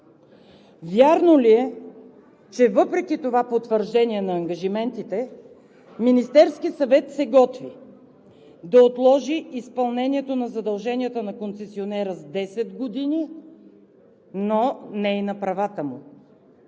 вярно ли е, че въпреки това потвърждение на ангажиментите Министерският съвет се готви да отложи изпълнението на задълженията на концесионера с десет години, но не и на правата му?